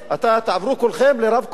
תעברו כולכם לרב-קומות.